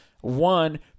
One